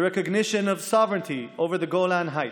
ההכרה בריבונות על רמת הגולן,